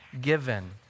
given